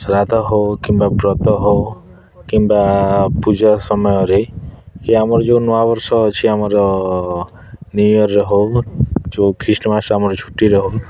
ଶ୍ରାଦ୍ଧ ହେଉ କିମ୍ବା ବ୍ରତ ହେଉ କିମ୍ବା ପୂଜା ସମୟରେ କି ଆମର ଯେଉଁ ନୂଆବର୍ଷ ଅଛି ଆମର ନ୍ୟୁ ଇୟର୍ ହେଉ ଯେଉଁ ଖ୍ରୀଷ୍ଟମାସ୍ ଆମର ଛୁଟିର ହେଉ